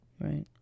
right